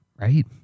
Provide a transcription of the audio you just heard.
right